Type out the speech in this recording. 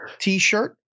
T-shirt